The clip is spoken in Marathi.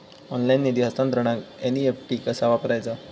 ऑनलाइन निधी हस्तांतरणाक एन.ई.एफ.टी कसा वापरायचा?